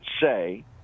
say